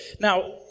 Now